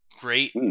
great